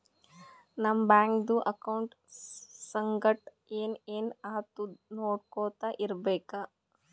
ನಮ್ ಬ್ಯಾಂಕ್ದು ಅಕೌಂಟ್ ಸಂಗಟ್ ಏನ್ ಏನ್ ಆತುದ್ ನೊಡ್ಕೊತಾ ಇರ್ಬೇಕ